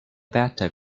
bathtub